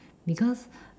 because